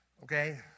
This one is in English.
Okay